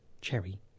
Cherry